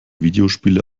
videospiele